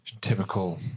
typical